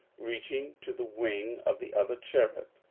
reaching to the wing of the other cherub.